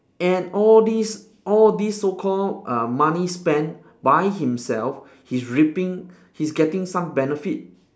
and all these all these so called uh money spent by himself he's reaping he's getting some benefit